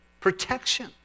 Protection